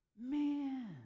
Man